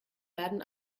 werden